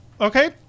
Okay